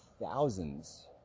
thousands